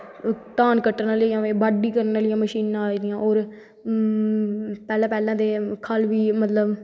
धान कड्डनें आह्लियां बी बाह्ड्डी करनें आह्लियां बी मशीनां आई दियां और पैह्लैं पैह्लैं ते खल बी मतलव